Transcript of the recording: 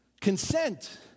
consent